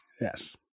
Yes